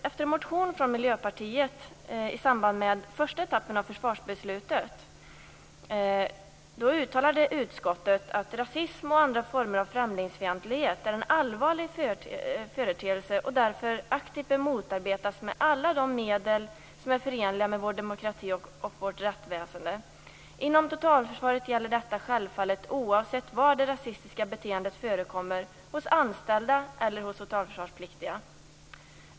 Efter en motion från Miljöpartiet i samband med första etappen av försvarsbeslutet uttalade utskottet att rasism och andra former av främlingsfientlighet är en allvarlig företeelse och därför aktivt bör motarbetas med alla de medel som är förenliga med vår demokrati och vårt rättsväsende. Inom totalförsvaret gäller detta självfallet oavsett var det rasistiska beteendet förekommer, hos anställda eller hos totalförsvarspliktiga.